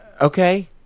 Okay